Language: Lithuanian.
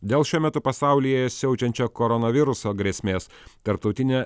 dėl šiuo metu pasaulyje siaučiančio koronaviruso grėsmės tarptautinė